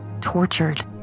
tortured